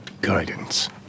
Guidance